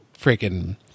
freaking